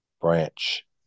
branch